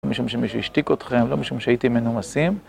לא משום שמישהו השתיק אותכם, לא משום שהייתם מנומסים.